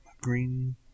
green